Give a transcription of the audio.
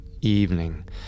evening